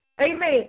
Amen